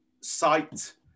site